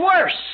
worse